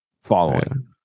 following